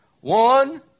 One